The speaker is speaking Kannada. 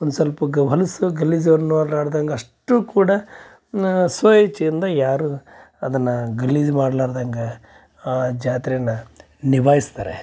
ಒಂದು ಸ್ವಲ್ಪ ಗ ಹೊಲಸು ಗಲೀಜು ಅನ್ನೋ ಇರಲಾರ್ದಂಗ ಅಷ್ಟು ಕೂಡ ಸ್ವ ಇಚ್ಛೆಯಿಂದ ಯಾರೂ ಅದನ್ನು ಗಲೀಜು ಮಾಡಲಾರ್ದಂಗ ಆ ಜಾತ್ರೆನ ನಿಭಾಯಿಸ್ತಾರೆ